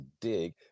dig